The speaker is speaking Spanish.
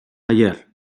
ayer